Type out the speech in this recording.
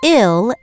ill